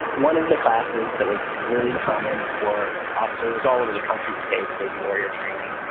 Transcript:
one of the classes that was really common for officers all over the country to take was warrior training.